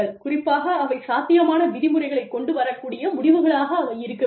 குறிப்பாக அவை சாத்தியமான விதிமுறைகளை கொண்டு வரக்கூடிய முடிவுகளாக அவை இருக்க வேண்டும்